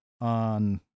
on